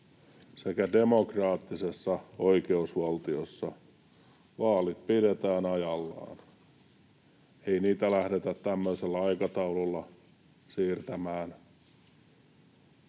sekä demokraattisessa oikeusvaltiossa vaalit pidetään ajallaan. Ei niitä lähdetä tämmöisellä aikataululla siirtämään.